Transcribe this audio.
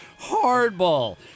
Hardball